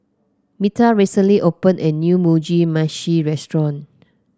Metha recently opened a new Mugi Meshi Restaurant